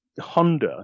Honda